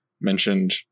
mentioned